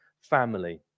family